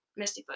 Mistyfoot